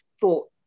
thought